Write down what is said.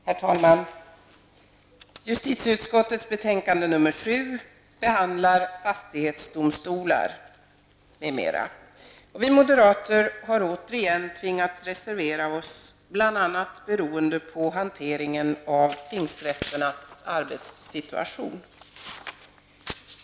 Herr talman! Justitieutskottets betänkande nr 7 behandlar fastighetsdomstolar m.m. Vi moderater har återigen tvingats reservera oss -- bl.a. beroende på hanteringen av tingsrätternas arbetssituation.